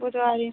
बुधवारी